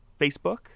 Facebook